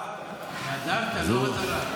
"והָדַרְתָ", לא הדרה.